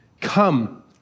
Come